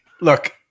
look